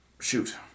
Shoot